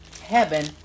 heaven